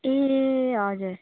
ए हजुर